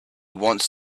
wants